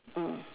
mm